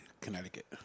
Connecticut